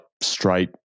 straight